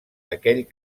aquell